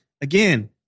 again